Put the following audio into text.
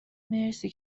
مرسی